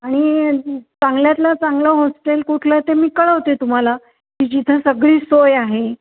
आणि चांगल्यातला चांगलं होस्टेल कुठलं ते मी कळवते तुम्हाला की जिथं सगळी सोय आहे